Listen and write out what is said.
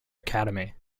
academy